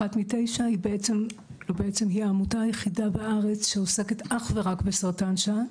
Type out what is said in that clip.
אחת מתשע היא העמותה היחידה בארץ שעוסקת אך ורק בסרטן שד,